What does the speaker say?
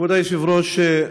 כבוד היושב-ראש,